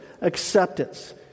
acceptance